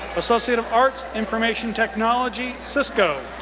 associate of arts, information technology, cisco.